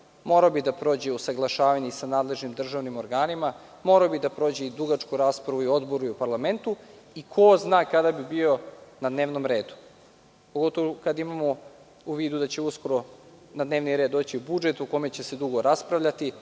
Morao bi da prođe usaglašavanje i sa nadležnim državnim organima. Morao bi da prođe i dugačku raspravu i u odboru i u parlamentu i ko zna kada bi bio na dnevnom redu, pogotovo kada imamo u vidu da će uskoro na dnevni red doći i budžet o kome će se dugo raspravljati,